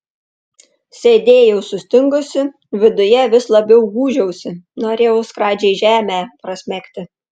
sėdėjau sustingusi viduje vis labiau gūžiausi norėjau skradžiai žemę prasmegti